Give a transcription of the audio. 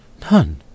None